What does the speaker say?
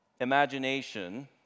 imagination